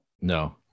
No